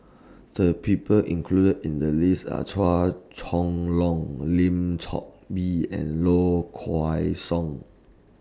The People included in The list Are Chua Chong Long Lim Chor Pee and Low Kway Song